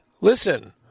Listen